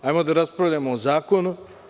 Hajde da raspravljamo o zakonu.